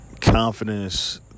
Confidence